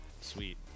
Sweet